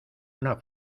una